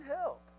help